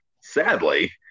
sadly